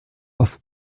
auf